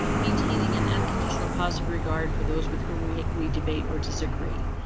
maintaining an unconditional positive regard for those with whom we we debate or disagree.